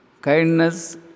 Kindness